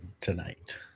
tonight